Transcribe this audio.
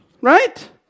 right